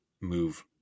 move